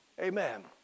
Amen